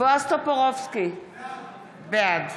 בועז טופורובסקי, בעד